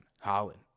Holland